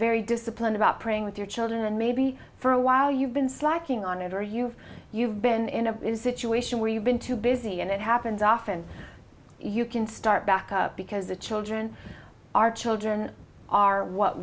very disciplined about praying with your children and maybe for a while you've been slacking on it or you you've been in a situation where you've been too busy and it happens often you can start back up because the children our children are what